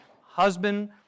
husband